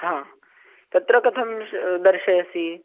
हा तत्र कथं श् दर्शयसि